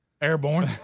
Airborne